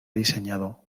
diseñado